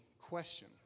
question